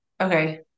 Okay